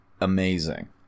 amazing